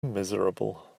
miserable